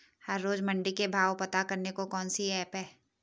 हर रोज़ मंडी के भाव पता करने को कौन सी ऐप है?